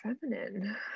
feminine